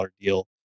deal